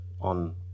on